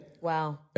Wow